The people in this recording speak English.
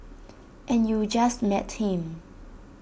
and you just met him